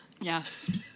Yes